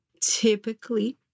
typically